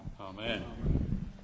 Amen